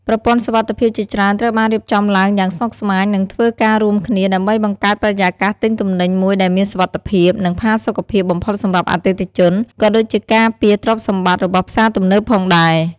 ប្រព័ន្ធសុវត្ថិភាពជាច្រើនត្រូវបានរៀបចំឡើងយ៉ាងស្មុគស្មាញ និងធ្វើការរួមគ្នា ដើម្បីបង្កើតបរិយាកាសទិញទំនិញមួយដែលមានសុវត្ថិភាព និងផាសុកភាពបំផុតសម្រាប់អតិថិជន ក៏ដូចជាការពារទ្រព្យសម្បត្តិរបស់ផ្សារទំនើបផងដែរ។